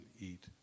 eat